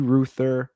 Ruther